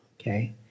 Okay